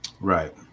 Right